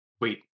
Wait